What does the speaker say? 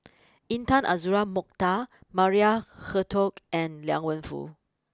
Intan Azura Mokhtar Maria Hertogh and Liang Wenfu